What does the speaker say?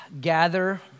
gather